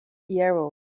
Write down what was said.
iero